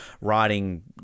writing